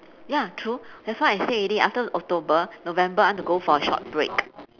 ya true that's why I said already after october november I want to go for a short break